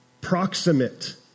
proximate